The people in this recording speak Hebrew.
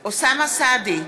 אוסאמה סעדי,